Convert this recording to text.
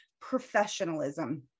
professionalism